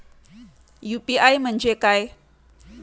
UPI म्हणजे काय?